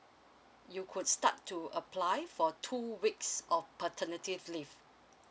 you could start to apply for two weeks of paternity leave